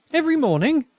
every morning!